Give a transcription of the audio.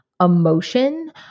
emotion